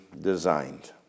designed